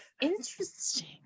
interesting